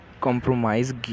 compromise